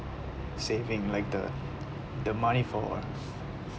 saving like the the money for